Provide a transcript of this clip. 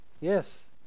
Yes